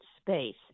space